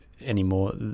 anymore